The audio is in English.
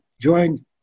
joined